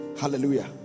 Hallelujah